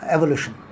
Evolution